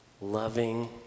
loving